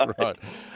Right